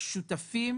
השותפים